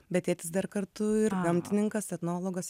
bet tėtis dar kartu ir gamtininkas etnologas